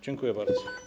Dziękuję bardzo.